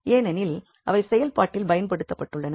ஏனெனில் அவை செயல்பாட்டில் பயன்படுத்தப்படுகின்றன